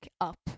up